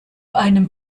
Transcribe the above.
einem